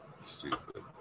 stupid